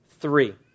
Three